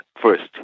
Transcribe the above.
first